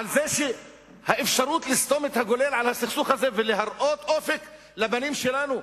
על האפשרות לסתום את הגולל על הסכסוך הזה ולהראות אופק לבנים שלנו,